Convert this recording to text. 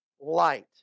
light